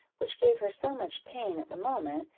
which gave her so much pain at the moment,